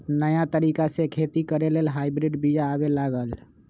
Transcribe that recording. नयाँ तरिका से खेती करे लेल हाइब्रिड बिया आबे लागल